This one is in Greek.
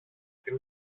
την